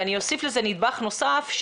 ואני אוסיף לזה נדבך נוסף,